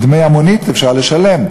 את דמי המונית אפשר לשלם.